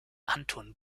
anton